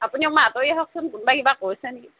আপুনি অকণমান আঁতৰি আহকচোন কোনোবাই কিবা কৈছে নেকি